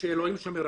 שאלוהים שומר עליהם.